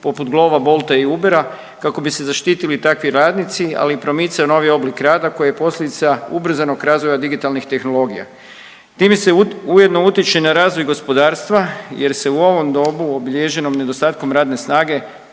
poput Glova, Bolta i Ubera kako bi se zaštitili takvi radnici, ali i promicao novi oblik rada koji je posljedica ubrzanog razvoja digitalnih tehnologija. Time se ujedno utiče na razvoj gospodarstva jer se u ovom dobu obilježenom nedostatkom radne snage